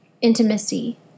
intimacy